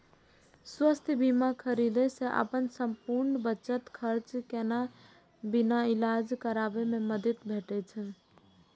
स्वास्थ्य बीमा खरीदै सं अपन संपूर्ण बचत खर्च केने बिना इलाज कराबै मे मदति भेटै छै